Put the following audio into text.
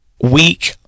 weak